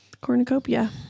Cornucopia